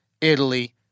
italy